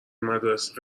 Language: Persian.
مدارس